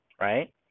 right